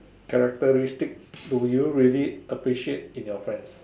characteristic do you really appreciate in your friends